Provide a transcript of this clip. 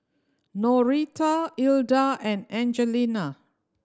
Norita Ilda and Angelina